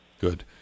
Good